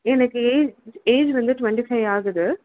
எனக்கு age age வந்து twenty five ஆகுது